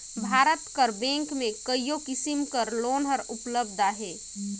भारत कर बेंक में कइयो किसिम कर लोन हर उपलब्ध अहे